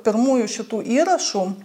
pirmųjų šitų įrašų